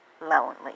lonely